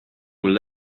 will